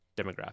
demographic